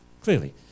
clearly